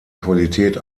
qualität